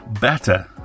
Better